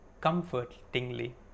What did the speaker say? comfortingly